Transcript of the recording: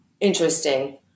interesting